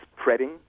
spreading